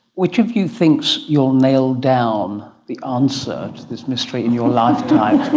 which of you thinks you will nail down the answer to this mystery in your lifetime?